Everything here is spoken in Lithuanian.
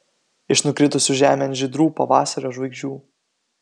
iš nukritusių žemėn žydrų pavasario žvaigždžių